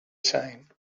same